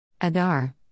Adar